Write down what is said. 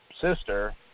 sister